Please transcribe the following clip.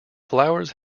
flowers